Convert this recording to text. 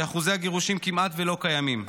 אחוזי גירושים שכמעט לא קיימים.